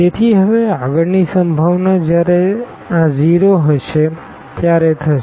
તેથી હવે આગળની સંભાવના જ્યારે આ 0 હશે ત્યારે થશે